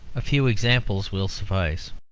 a few examples will suffice